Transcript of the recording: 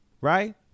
right